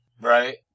right